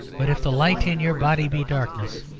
but if the light in your body be darkness,